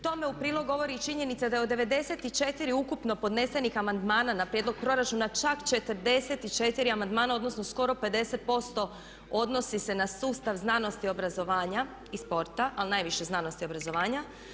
Tome u prilog govori i činjenica da je od 94 ukupno podnesenih amandmana na prijedlog proračuna čak 44 amandmana odnosno skoro 50% odnosi se na sustav znanosti, obrazovanja i sporta ali najviše znanosti i obrazovanja.